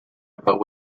about